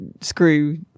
screw